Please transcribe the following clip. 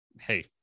hey